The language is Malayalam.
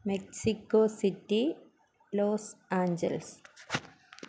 Mexico City Los Angeles